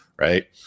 right